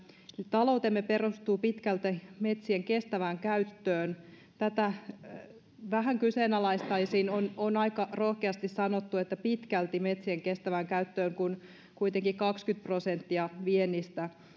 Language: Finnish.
taloutemme perustuu pitkälti metsien kestävään käyttöön tätä vähän kyseenalaistaisin on on aika rohkeasti sanottu että pitkälti metsien kestävään käyttöön kun kuitenkin kaksikymmentä prosenttia viennistä